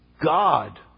God